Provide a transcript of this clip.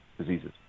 diseases